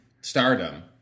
stardom